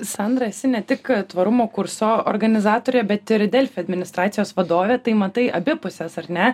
sandra esi ne tik tvarumo kurso organizatorė bet ir delfi administracijos vadovė tai matai abi puses ar ne